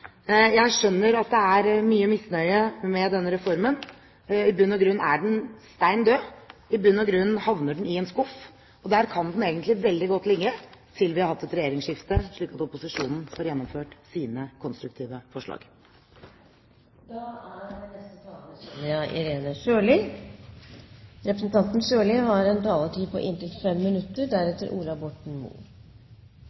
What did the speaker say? Jeg skjønner at det er mye misnøye med denne reformen. I bunn og grunn er den stein død. I bunn og grunn havner den i en skuff, og der kan den egentlig veldig godt ligge til vi har hatt et regjeringsskifte, slik at opposisjonen får gjennomført sine konstruktive forslag. Et hovedpoeng med Samhandlingsreformen er å forebygge mer for å reparere mindre. En satsing på